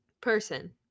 Person